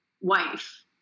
wife